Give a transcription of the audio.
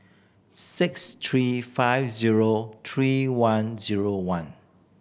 six three five zero three one zero one